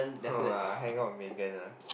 !wah! hang out with Megan ah